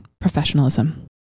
professionalism